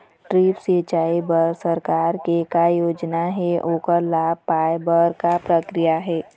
Drip सिचाई बर सरकार के का योजना हे ओकर लाभ पाय बर का प्रक्रिया हे?